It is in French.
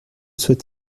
souhaite